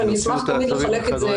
ואני אשמח תמיד לחלק את זה,